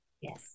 Yes